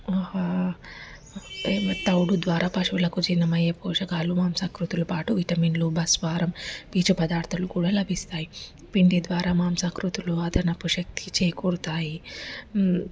తౌడు ద్వారా పశువులకు జీర్ణమయ్యే పోషకాలు మాంసాకృతులు పాటు విటమిన్లు బస్వారం పీచు పదార్థాలు కూడా లభిస్తాయి పిండి ద్వారా మాంసాకృతులు అదనపు శక్తి చేకూరుతాయి